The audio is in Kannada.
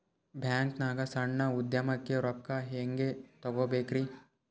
ಬ್ಯಾಂಕ್ನಾಗ ಸಣ್ಣ ಉದ್ಯಮಕ್ಕೆ ರೊಕ್ಕ ಹೆಂಗೆ ತಗೋಬೇಕ್ರಿ?